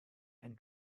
and